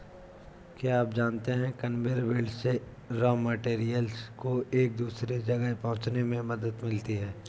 क्या आप जानते है कन्वेयर बेल्ट से रॉ मैटेरियल्स को एक से दूसरे जगह पहुंचने में मदद मिलती है?